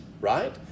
right